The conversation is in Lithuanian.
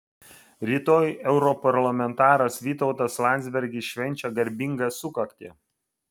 rytoj europarlamentaras vytautas landsbergis švenčia garbingą sukaktį